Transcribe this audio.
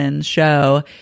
show